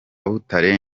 butare